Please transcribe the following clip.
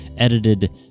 edited